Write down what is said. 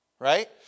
right